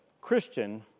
Christian